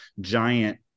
giant